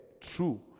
true